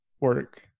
work